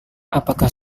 apakah